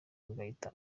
agahita